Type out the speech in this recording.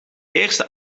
eerste